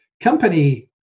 company